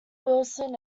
wilson